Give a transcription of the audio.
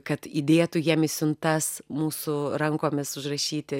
kad įdėtų jiem į siuntas mūsų rankomis užrašyti